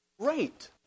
great